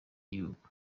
gihugu